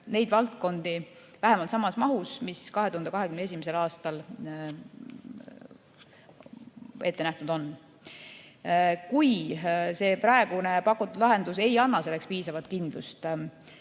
neid valdkondi vähemalt samas mahus, mis 2021. aastal on ette nähtud. Kui praegu pakutud lahendus ei anna selleks piisavalt kindlust,